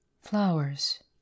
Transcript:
Flowers